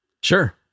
Sure